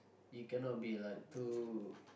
you cannot be like too